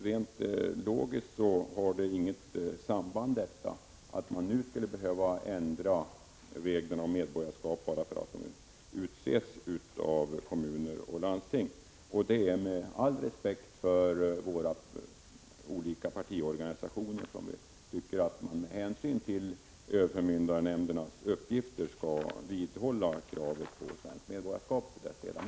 Rent logiskt finns det inget samband som gör att man nu skulle behöva ändra reglerna om medborgarskap bara för att ledamöterna utses av kommuner och landsting. Med all respekt för de olika partiorganisationerna tycker vi att man med hänsyn till övervakningsnämndernas uppgifter skall vidhålla kravet på svenskt medborgarskap för deras ledamöter.